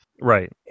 Right